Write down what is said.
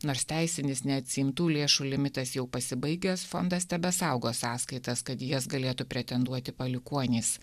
nors teisinis neatsiimtų lėšų limitas jau pasibaigęs fondas tebesaugo sąskaitas kad į jas galėtų pretenduoti palikuonys